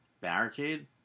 barricade